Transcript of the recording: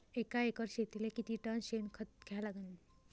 एका एकर शेतीले किती टन शेन खत द्या लागन?